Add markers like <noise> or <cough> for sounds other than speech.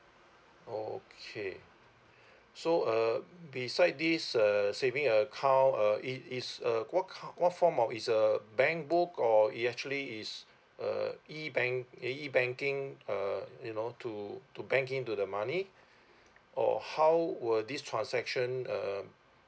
okay <breath> so uh beside this uh saving account uh it's it's a what kind what form of it's a bank book or it actually is <breath> a e bank a e banking uh you know to to bank in to the money <breath> or how were this transaction uh